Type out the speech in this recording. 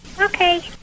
Okay